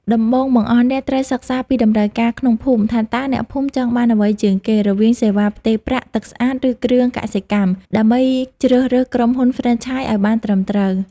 ដំបូងបង្អស់ អ្នកត្រូវ "សិក្សាពីតម្រូវការក្នុងភូមិ" ថាតើអ្នកភូមិចង់បានអ្វីជាងគេ រវាងសេវាផ្ទេរប្រាក់ ទឹកស្អាត ឬគ្រឿងកសិកម្ម ដើម្បីជ្រើសរើសក្រុមហ៊ុនហ្វ្រេនឆាយឱ្យបានត្រឹមត្រូវ។